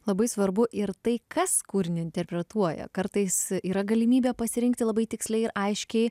labai svarbu ir tai kas kūrinį interpretuoja kartais yra galimybė pasirinkti labai tiksliai ir aiškiai